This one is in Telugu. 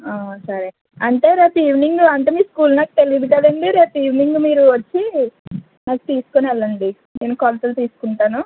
సరే అంటే రేపు ఈవెనింగ్ అంటే మీ స్కూల్ నాకు తెలీదు కదండి రేపు ఈవెనింగ్ మీరు వచ్చి నన్ను తీసుకుని వెళ్ళండి నేను కొలతలు తీసుకుంటాను